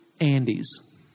Andes